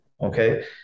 Okay